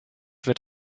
wird